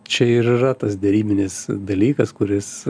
čia ir yra tas derybinis dalykas kuris